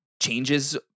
changes